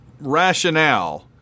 rationale